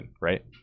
right